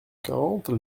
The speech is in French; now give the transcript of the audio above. quarante